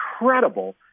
incredible